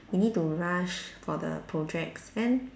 we need to rush for the projects and